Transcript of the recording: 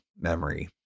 memory